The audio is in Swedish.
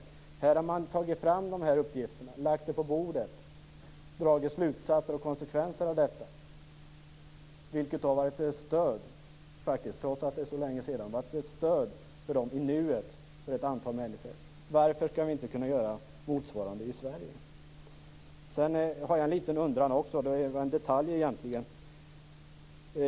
I Norge har man tagit fram dessa uppgifter och lagt dem på bordet och dragit slutsatser och konsekvenser av detta, vilket har varit ett stöd, trots att det är så länge sedan, för ett antal människor i nuet. Varför skall vi inte kunna göra motsvarande i Sverige? Jag har en undran som egentligen gäller en detalj.